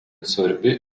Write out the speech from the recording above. svarbi